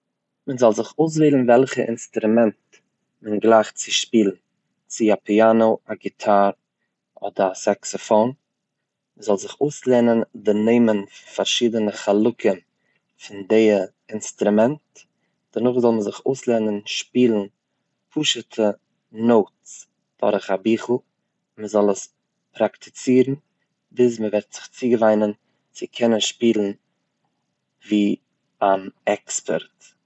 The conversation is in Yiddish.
מען זאל זיך אויסוועלן וועלכע אינסטרומענט מעו גלייכט צו שפילן, צו א פיאנא, א גיטאר, אדער א סעקסעפאון, מ'זאל זיך אויסלערנען די נעמען פון פארשידענע חלקים פון די אינסטרומענט, דערנאך זאל מען זיך אויסלערנען שפילן פשוט'ע נאוטס דורך א ביכל, און מ'זאל עס פראקטיצירן ביז מ'וועט זיך צוגעוויינען צו קענען שפילן ווי אן עקספערט.